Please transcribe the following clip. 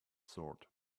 sort